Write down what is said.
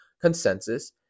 consensus